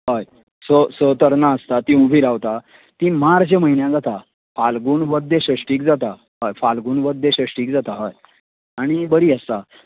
हय स स तरंगां आसता तीं उबीं रावता तीं मार्च म्हयन्यां जाता फाल्गून बद्द्य शैश्टिक जाता हय फाल्गून बद्द्य शैश्टिक जाता हय आनी बरीं आसता